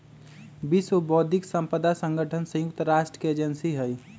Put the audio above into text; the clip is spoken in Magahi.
विश्व बौद्धिक साम्पदा संगठन संयुक्त राष्ट्र के एजेंसी हई